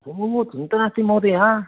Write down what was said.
ओ चिन्ता नास्ति महोदयः